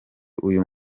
uyu